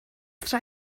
tra